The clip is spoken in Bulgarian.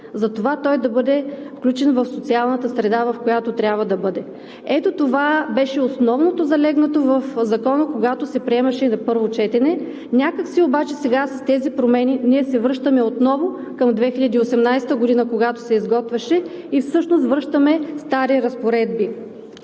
затова той да бъде включен в социалната среда, в която трябва да бъде. Ето това беше основното залегнало в Закона, когато се приемаше на първо четене. Някак си обаче сега с тези промени ние се връщаме отново към 2018 г., когато се изготвяше и всъщност връщаме стари разпоредби.